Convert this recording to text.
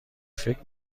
فکر